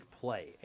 play